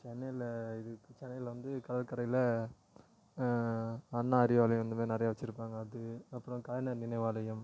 சென்னையில் இது சென்னையில் வந்து கடற்கரையில் அண்ணா அறிவாலயம் அந்த மாதிரி நிறையா வச்சுருப்பாங்க அது அப்புறம் கலைஞர் நினைவாலயம்